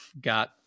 got